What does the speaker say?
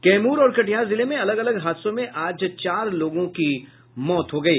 कैमूर और कटिहार जिले में अलग अलग हादसों में आज चार लोगों की मौत हो गयी